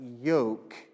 yoke